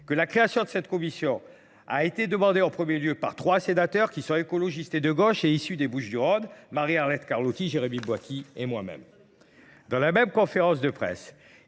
que la création de cette commission a été demandée en premier lieu par trois sénateurs qui sont écologistes et de gauche et issus des Bouches-du-Rhône, Marie-Arlette Carlotti, Jérémy Boiky et moi-même. Dans la même conférence de presse,